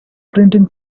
printing